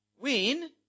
win